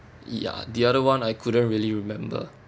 ya the other [one] I couldn't really remember